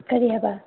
ꯀꯔꯤ ꯍꯥꯏꯕ